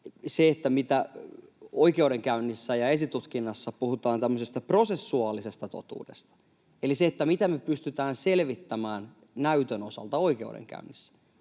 se, mitä oikeudenkäynnissä ja esitutkinnassa puhutaan prosessuaalisesta totuudesta, eli se, mitä me pystytään selvittämään näytön osalta oikeudenkäynnissä.